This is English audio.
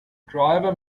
driver